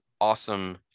awesome